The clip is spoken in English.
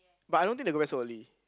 but I don't think they go back so early